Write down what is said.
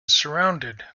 surrounded